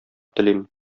телим